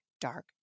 dark